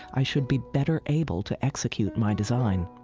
i should be better able to execute my design.